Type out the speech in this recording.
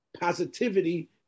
positivity